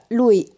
lui